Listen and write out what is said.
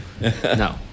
no